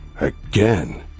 again